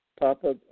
Papa